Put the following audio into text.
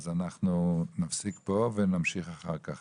אנחנו נפסיק פה ונמשיך אחר כך.